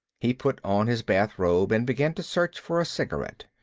he put on his bathrobe and began to search for a cigarette.